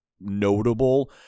notable